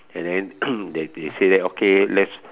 and then they they say that okay let's